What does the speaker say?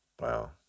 Wow